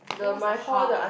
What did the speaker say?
and what's the harm